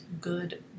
good